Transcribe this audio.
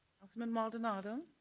councilman roth. and ah and